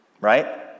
right